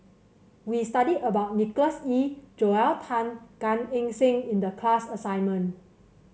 we studied about Nicholas Ee Joel Tan and Gan Eng Seng in the class assignment